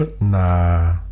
Nah